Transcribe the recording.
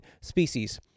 species